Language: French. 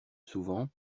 souvent